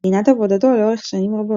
פנינת עבודתו לאורך שנים רבות.